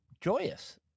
joyous